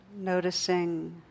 Noticing